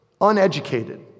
uneducated